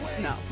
no